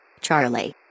charlie